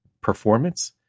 performance